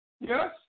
Yes